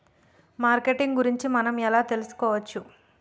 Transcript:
Marketing గురించి మనం ఎలా తెలుసుకోవచ్చు?